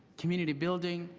community building,